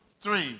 three